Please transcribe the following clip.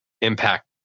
impact